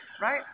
Right